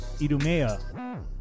Idumea